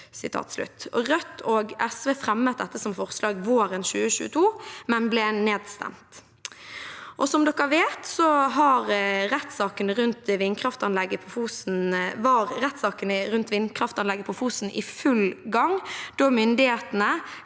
Rødt og SV fremmet dette som forslag våren 2022, men ble nedstemt. Rettssaken om vindkraftanlegget på Fosen var i full gang da myndighetene